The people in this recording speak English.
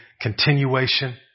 continuation